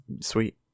Sweet